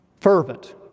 fervent